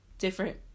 different